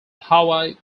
hawaii